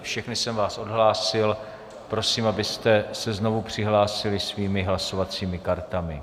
Všechny jsem vás odhlásil, prosím, abyste se znovu přihlásili svými hlasovacími kartami.